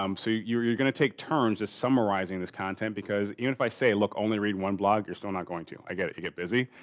um so, you're you're going to take turns just summarizing this content because even if i say look, only read one blog. you're still not going to. i get it. you get busy.